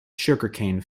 sugarcane